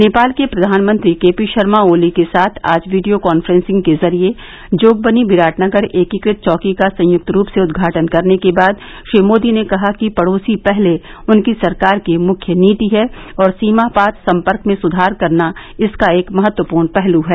नेपाल के प्रधानमंत्री K P Sharma Oli के साथ आज वीडियो कॉन्फ्रेंसिंग के जरिये जोगबनी बिराटनगर एकीकृत चौकी का संयुक्त रूप से उदघाटन करने के बाद श्री मोदी ने कहा कि पड़ोसी पहले उनकी सरकार की मुख्य नीति है और सीमा पार सम्पर्क में सुधार करना इसका एक महत्वपूर्ण पहलू है